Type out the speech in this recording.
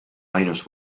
ainus